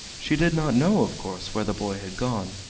she did not know, of course, where the boy had gone,